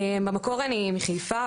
במקור אני מחיפה,